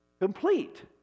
Complete